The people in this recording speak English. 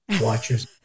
watchers